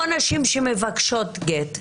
או נשים שמבקשות גט,